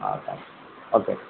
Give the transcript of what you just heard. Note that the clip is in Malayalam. ആ ഓക്കെ